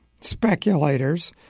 speculators